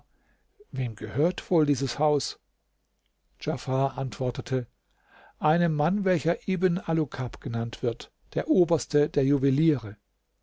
wem gehört wohl dieses haus djafar antwortete einem mann welcher ibn alukab genannt wird der oberste der juweliere